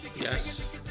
yes